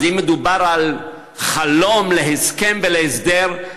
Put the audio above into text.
אז אם מדובר על חלום להסכם ולהסדר,